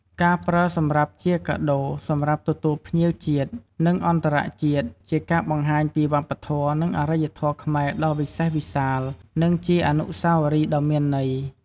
ការប្រើសម្រាប់ជាកាដូរ សម្រាប់ទទួលភ្ញៀវជាតិ និងអន្តរជាតិ ជាការបង្ហាញពីវប្បធម៌ និងអរិយធម៌ខ្មែរដ៏វិសេសវិសាល និងជាអនុស្សាវរីដ៏មានន័យ។